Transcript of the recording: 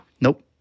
Nope